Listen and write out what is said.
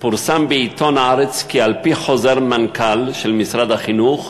היום פורסם בעיתון "הארץ" כי על-פי חוזר מנכ"ל של משרד החינוך